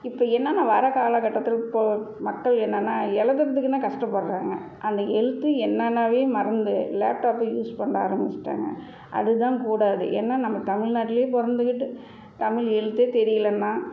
இப்போ என்னென்னா வர காலக்கட்டத்தில் இப்போது மக்கள் என்னென்னா எழுதுறதுக்கும் தான் கஷ்டப்பட்றாங்க அந்த எழுத்தும் என்னென்னனு மறந்து லேப்டாப்பை யூஸ் பண்ண ஆரம்பிச்சுட்டாங்க அதுதான் கூடாது ஏன்னா நம்ம தமிழ்நாட்லேயே பிறந்துக்கிட்டு தமிழ் எழுத்தே தெரியலன்னா